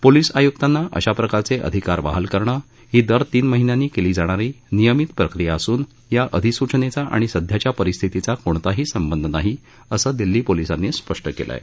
police आय्क्तांना अशा प्रकारचे अधिकार बहाल करणं ही दर तीन महिन्यांनी केली जाणारी नियमित प्रक्रिया असून या अधिसूचनेचा आणि सध्याच्या परिस्थितीचा कोणताही संबंध नाही असं दिल्ली पोलीसांनी स्पष्ट केलं आहे